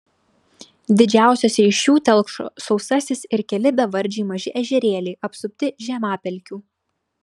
didžiausiose iš jų telkšo sausasis ir keli bevardžiai maži ežerėliai apsupti žemapelkių